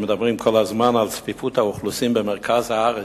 מדברים כל הזמן על צפיפות האוכלוסין במרכז הארץ,